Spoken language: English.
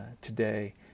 today